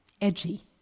edgy